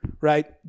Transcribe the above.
right